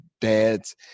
dads